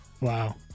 Wow